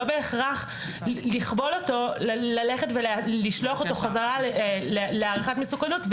בהכרח לכבול אותו ללכת ולשלוח אותו חזרה להערכת מסוכנות,